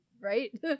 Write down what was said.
Right